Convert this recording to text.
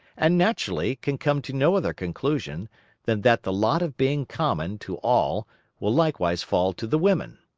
and, naturally, can come to no other conclusion than that the lot of being common to all will likewise fall to the women.